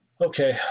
Okay